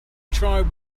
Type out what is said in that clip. tried